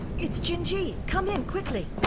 it's xinjie! come in! quickly!